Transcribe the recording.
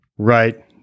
right